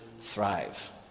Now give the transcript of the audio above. thrive